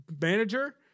manager